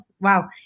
wow